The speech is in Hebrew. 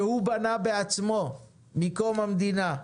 שהוא בנה בעצמו מקום המדינה,